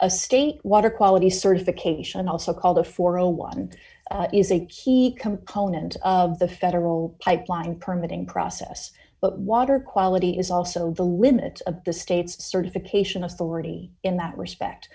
of state water quality certification and also called the for a while and is a key component of the federal pipeline permitting process but water quality is also the limit of the state's certification authority in that respect